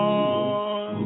on